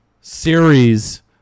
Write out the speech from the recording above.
series